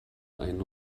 ein